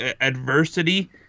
adversity